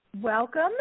Welcome